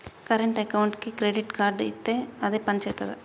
Current అకౌంట్కి credit card ఇత్తే అది పని చేత్తదా?